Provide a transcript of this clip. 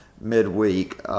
midweek